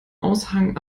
aushang